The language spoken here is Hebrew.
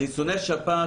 חיסוני שפעת.